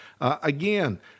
Again